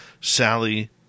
Sally